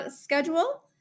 schedule